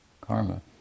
karma